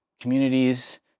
communities